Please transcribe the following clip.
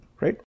right